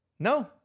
No